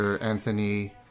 Anthony